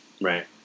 Right